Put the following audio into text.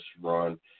run